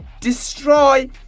destroy